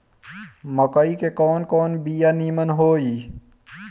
मकई के कवन कवन बिया नीमन होई?